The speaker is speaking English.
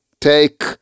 take